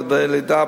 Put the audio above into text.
חדרי לידה,